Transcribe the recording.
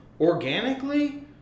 organically